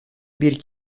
bir